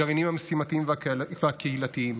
הגרעינים המשימתיים והקהילתיים.